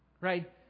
Right